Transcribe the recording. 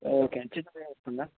okay అండి చిన్నదిగా వస్తుందా